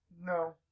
No